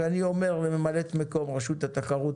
ואני אומר לממלאת מקום רשות התחרות,